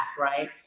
right